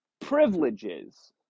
privileges